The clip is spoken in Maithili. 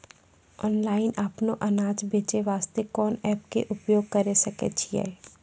ऑनलाइन अपनो अनाज बेचे वास्ते कोंन एप्प के उपयोग करें सकय छियै?